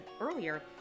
earlier